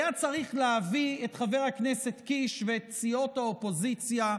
היה צריך להביא את חבר הכנסת קיש ואת סיעות האופוזיציה,